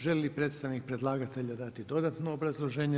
Želi li predstavnik predlagatelja dati dodatno obrazloženje?